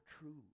true